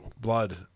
blood